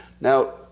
Now